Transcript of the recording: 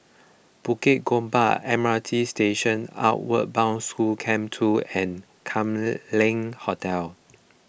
Bukit Gombak M R T Station Outward Bound School Camp two and Kam Leng Hotel